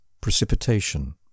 precipitation